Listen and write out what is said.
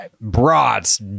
brats